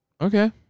Okay